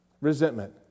resentment